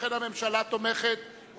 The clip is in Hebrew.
הממשלה תומכת.